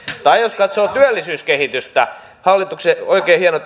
tai jos katsoo työllisyyskehitystä hallituksen oikein hieno